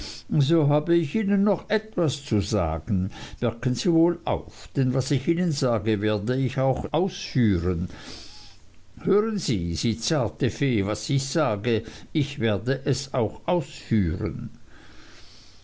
so habe ich ihnen noch etwas zu sagen merken sie wohl auf denn was ich ihnen sage werde ich auch ausführen hören sie sie zarte fee was ich sage ich werde es auch ausführen